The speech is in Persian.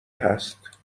هست